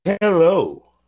hello